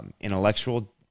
Intellectual